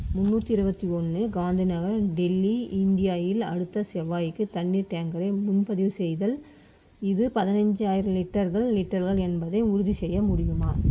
முந்நூற்றி இருபத்தி ஒன்று காந்தி நகர் டெல்லி இந்தியாயில் அடுத்த செவ்வாய்க்கு தண்ணீர் டேங்க்கரை முன்பதிவு செய்தல் இது பதினஞ்சாயிர லிட்டர்கள் லிட்டர்கள் என்பதை உறுதி செய்ய முடியுமா